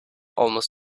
almost